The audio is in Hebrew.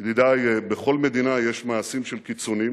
ידידי, בכל מדינה יש מעשים של קיצונים,